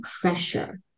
pressure